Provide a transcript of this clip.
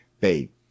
babe